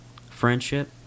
friendship